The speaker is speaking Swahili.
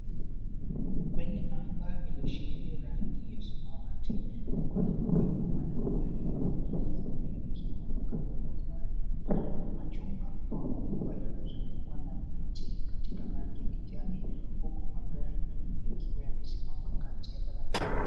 Kwenye anga iliyo sheheni rangi ya samawati kuna mawingu madogo yaliyo ya rangi nyeupe yakiwa yanaonekana kwa mbali, majumba yamezungukwa na miti katika rangi ya kijani huku majani yakiwa yamesimama kati ya barabara.